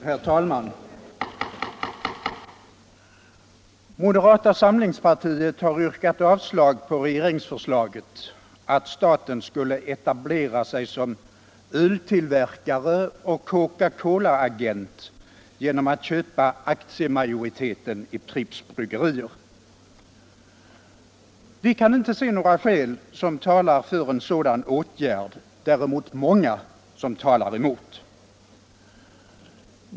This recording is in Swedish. Herr talman! Moderata samlingspartiet har yrkat avslag på regeringsförslaget att staten skulle etablera sig som öltillverkare och Coca-Colaagent genom att köpa aktiemajoriteten i Pripps Bryggerier. Vi kan inte se något skäl som talar för en sådan åtgärd, däremot många som talar mot.